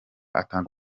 atanga